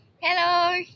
Hello